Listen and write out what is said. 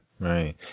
Right